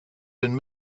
been